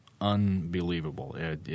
unbelievable